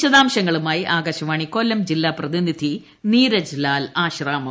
വിശദാംശങ്ങളുമായി ആകാശവാണി കൊല്ലം ജില്ലാ പ്രതിനിധി നീരജ് ലാൽ ആശ്രാമം